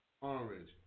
orange